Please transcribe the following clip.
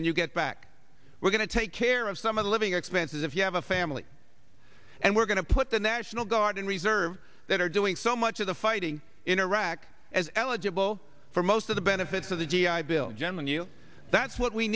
when you get back we're going to take care of some of the living expenses if you have a family and we're going to put the national guard and reserves that are doing so much of the fighting in iraq as eligible for most of the benefits of the g i bill jenman you that's what we